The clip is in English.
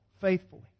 faithfully